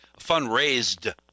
fundraised